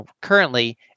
currently